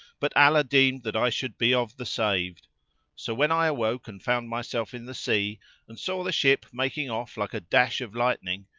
but allah deemed that i should be of the saved so when i awoke and found myself in the sea and saw the ship making off like a dash of lightning,